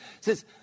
says